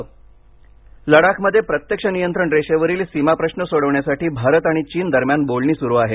भारत चीन लडाखमध्ये प्रत्यक्ष नियंत्रण रेषेवरील सीमा प्रश्न सोडविण्यासाठी भारत आणि चीन दरम्यान बोलणी सुरु आहेत